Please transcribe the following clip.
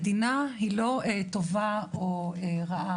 מדינה היא לא טובה או רעה,